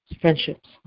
friendships